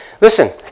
Listen